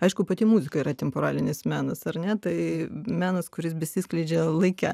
aišku pati muzika yra temporalinis menas ar ne tai menas kuris besiskleidžia laike